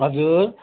हजुर